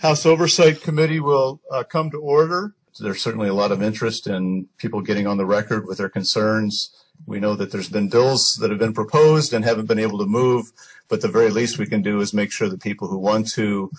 house oversight committee will come to order so there's certainly a lot of interest and people getting on the record with their concerns we know that there's than those that have been proposed and haven't been able to move but the very least we can do is make sure that people who want to